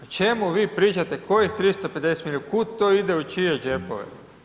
O čemu vi pričate, kojih 350 milijuna, kud to ide u čije džepove?